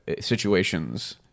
situations